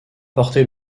porter